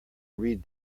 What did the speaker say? read